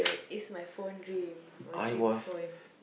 is my phone dream or dream phone